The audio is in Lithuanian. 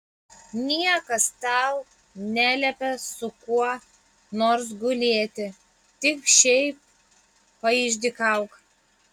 niekas tau neliepia su kuo nors gulėti tik šiaip paišdykauk